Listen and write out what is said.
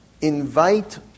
invite